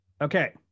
Okay